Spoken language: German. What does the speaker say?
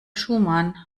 schumann